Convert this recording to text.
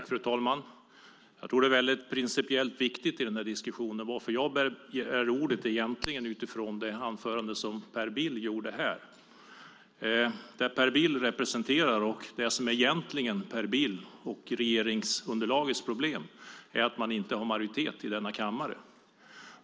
Fru talman! Jag tror att denna diskussion är principiellt viktig. Jag begär egentligen ordet utifrån det anförande som Per Bill höll här. Det som Per Bill representerar och det som egentligen är Per Bills och regeringsunderlagets problem är att man inte har majoritet i denna kammare.